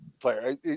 player